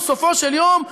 ובסופו של יום,